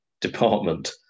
department